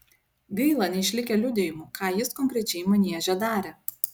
gaila neišlikę liudijimų ką jis konkrečiai manieže darė